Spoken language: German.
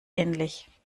ähnlich